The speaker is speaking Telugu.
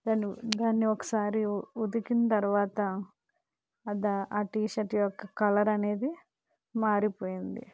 దాన్ దాన్ని ఒకసారి ఉతికిన తరువాత అదా ఆ టీషర్ట్ యొక్క కలర్ అనేది మారిపోయింది